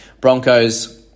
Broncos